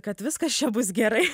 kad viskas čia bus gerai